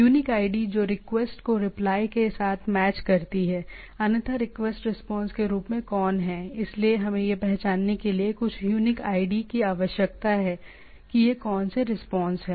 unique ID जो request को reply के साथ मैच करती है अन्यथा रिक्वेस्ट रिस्पांस के रूप में कौन है इसलिए हमें यह पहचानने के लिए कुछ यूनिक आईडी की आवश्यकता है कि यह कौन से रिस्पांस है